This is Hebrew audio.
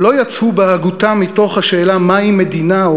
לא יצאו בהגותם מתוך השאלה מהי מדינה או